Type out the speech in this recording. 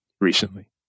recently